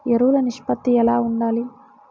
ఎరువులు నిష్పత్తి ఎలా ఉండాలి?